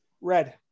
Red